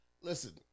listen